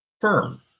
firm